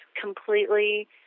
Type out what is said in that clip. completely